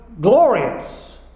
glorious